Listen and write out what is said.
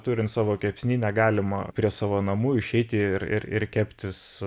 turint savo kepsninę galima prie savo namų išeiti ir ir ir keptis